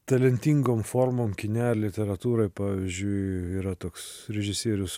talentingom formom kine ar literatūroj pavyzdžiui yra toks režisierius